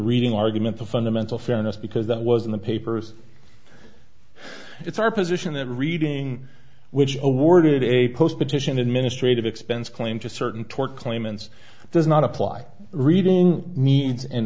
reading argument the fundamental fairness because that was in the papers it's our position that reading which awarded a post petition administrative expense claim to certain tort claimants does not apply reading mean